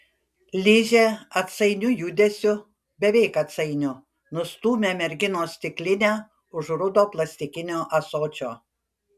ližė atsainiu judesiu beveik atsainiu nustūmė merginos stiklinę už rudo plastikinio ąsočio